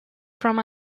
from